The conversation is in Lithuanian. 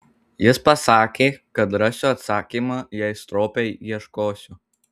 jis pasakė kad rasiu atsakymą jei stropiai ieškosiu